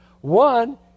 One